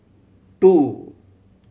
two